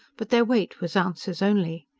but their weight was ounces only.